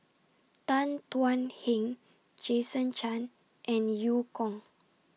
Tan Thuan Heng Jason Chan and EU Kong